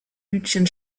hütchen